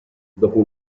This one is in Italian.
dopo